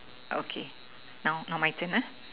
okay now now my turn ah